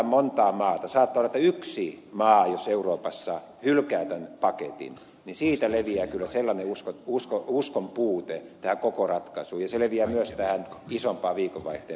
saattaa olla että jos yksi maa euroopassa hylkää tämän paketin niin siitä leviää kyllä sellainen uskonpuute tähän koko ratkaisuun ja se leviää myös tähän isompaan viikonvaihteen pakettiin